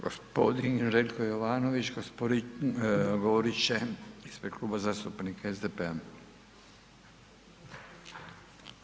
Gospodin Željko Jovanović govorit će ispred Kluba zastupnika SDP-a.